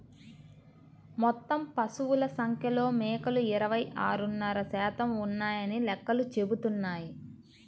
మొత్తం పశువుల సంఖ్యలో మేకలు ఇరవై ఆరున్నర శాతం ఉన్నాయని లెక్కలు చెబుతున్నాయి